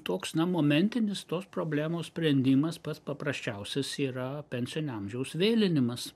toks na momentinis tos problemos sprendimas pats paprasčiausias yra pensinio amžiaus vėlinimas